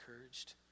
encouraged